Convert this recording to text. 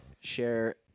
share